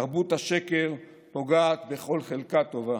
תרבות השקר פוגעת בכל חלקה טובה.